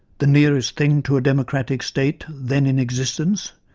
the nearest thing to a democratic state then in existence,